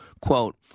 Quote